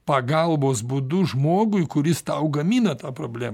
pagalbos būdu žmogui kuris tau gamina tą problemą